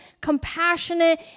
compassionate